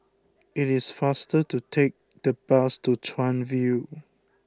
it is faster to take the bus to Chuan View